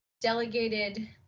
delegated